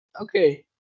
Okay